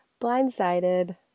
blindsided